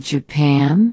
Japan